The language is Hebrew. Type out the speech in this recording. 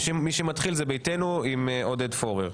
מי שמתחיל זה ישראל ביתנו עם עודד פורר.